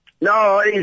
No